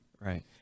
Right